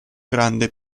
grande